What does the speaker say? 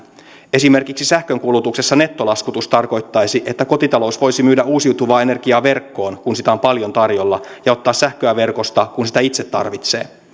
esimerkiksi sähkönkulutuksessa nettolaskutus tarkoittaisi että kotitalous voisi myydä uusiutuvaa energiaa verkkoon kun sitä on paljon tarjolla ja ottaa sähköä verkosta kun sitä itse tarvitsee